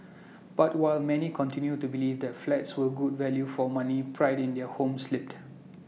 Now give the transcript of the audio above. but while many continued to believe that flats were good value for money pride in their homes slipped